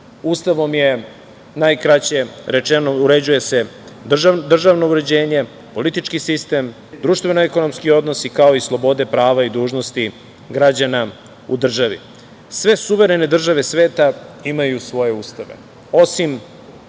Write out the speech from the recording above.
Ustavnom je najkraće rečeno, uređuje se državno uređenje, politički sistem, društveno-ekonomski odnosi, kao slobode, prava i dužnosti građana u državi. Sve suverene države sveta imaju svoje ustave,